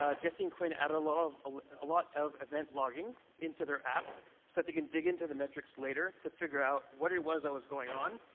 ah jesse and quinn added a lot of ah ah lot of event logging into their app so that they can dig into the metrics later to figure out what it was that was going on.